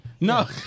No